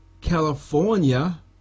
California